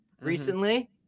recently